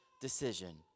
decision